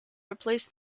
replace